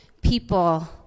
people